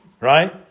right